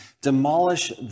demolish